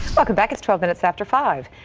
welcome back it's twelve minutes after five.